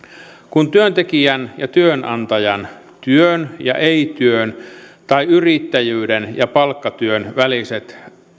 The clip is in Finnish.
kun työntekijän ja työnantajan työn ja ei työn tai yrittäjyyden ja palkkatyön väliset